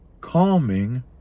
calming